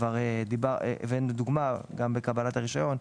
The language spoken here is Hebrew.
כבר הבאנו דוגמה למהימנות, גם בקבלת הרישיון.